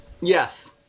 Yes